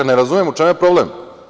Ne razumem, u čemu je problem?